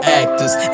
actors